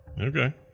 Okay